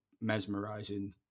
mesmerizing